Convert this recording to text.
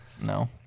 No